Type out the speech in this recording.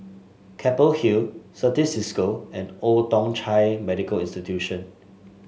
Keppel Hill Certis Cisco and Old Thong Chai Medical Institution